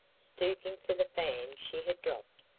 stooping for the fan she had dropped.